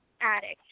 addict